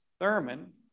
Thurman